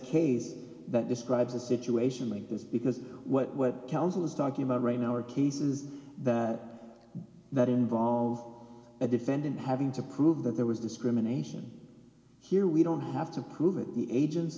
case that describes a situation like this because what counsel is talking about right now are cases that that involve a defendant having to prove that there was discrimination here we don't have to prove it the agents